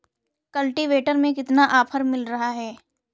Cultivator में कितना offer मिल रहा है?